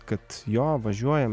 kad jo važiuojam